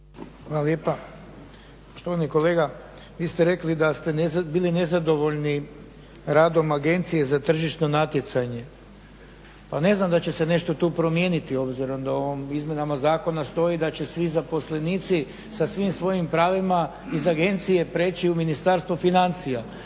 Hvala lijepa. Poštovani kolega, vi ste rekli da ste bili nezadovoljni radom Agencije za tržišno natjecanje. Pa ne znam da će se nešto tu promijeniti, obzirom da izmjenama zakona stoji da će svi zaposlenici sa svim svojim pravima iz agencije prijeći u Ministarstvo financija.